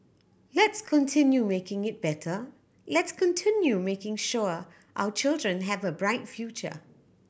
let's continue making it better let's continue making sure our children have a bright future